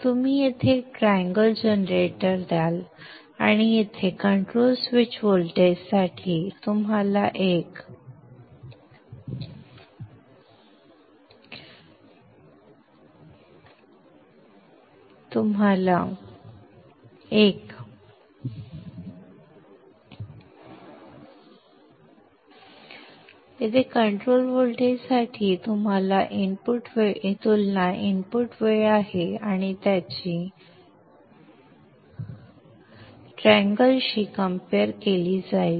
तुम्ही येथे एक ट्रँगल जनरेटर द्याल आणि येथेच कंट्रोल व्होल्टेजसाठी तुलना इनपुट वेळ आहे आणि त्याची ट्रँगल शी कम्पेअर केली जाईल